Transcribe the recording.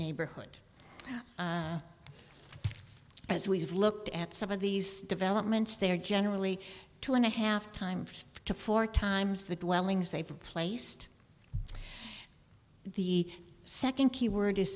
neighborhood as we've looked at some of these developments there are generally two and a half times to four times the dwellings they've replaced the second keyword is